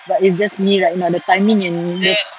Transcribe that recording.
but it's just me right now the timing and the